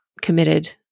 committed